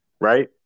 right